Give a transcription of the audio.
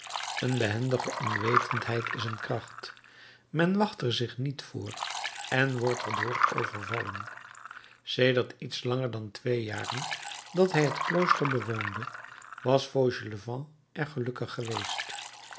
een behendige onwetendheid is een kracht men wacht er zich niet voor en wordt erdoor overvallen sedert iets langer dan twee jaren dat hij het klooster bewoonde was fauchelevent er gelukkig geweest